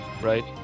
right